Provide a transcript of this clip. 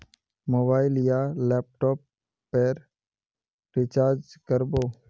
Mobile या laptop पेर recharge कर बो?